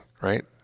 right